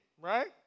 right